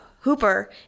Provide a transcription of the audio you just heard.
Hooper